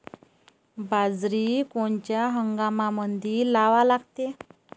बाजरी कोनच्या हंगामामंदी लावा लागते?